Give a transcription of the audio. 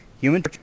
Human